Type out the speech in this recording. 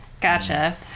Gotcha